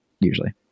usually